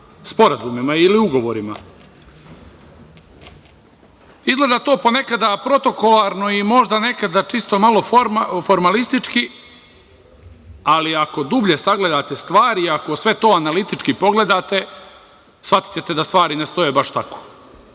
sporazumima ili ugovorima. Izgleda to ponekad protokolarno i možda nekada malo formalistički, ali ako dublje sagledate stvari i ako sve to analitički pogledate, shvatićete da stvari ne stoje baš tako. Iz